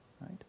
Right